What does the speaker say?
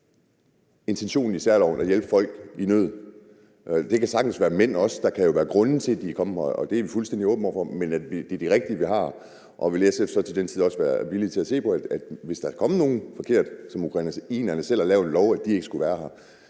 intentionen i særloven om at hjælpe folk i nød gælder? Det kan sagtens også gælde mænd; der kan jo være grunde til, at de er kommet her, og det er vi fuldstændig åbne over for. Men er det de rigtige, vi har her? Vil SF så også til den tid være villige til at se på det – hvis der er kommet nogen forkerte, som ukrainerne selv har lavet en lov om ikke skal være her